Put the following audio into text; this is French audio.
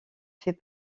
fait